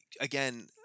again